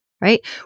right